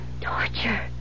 Torture